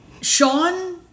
Sean